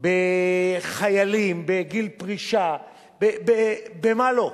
בחיילים, בגיל פרישה, במה לא.